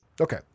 Okay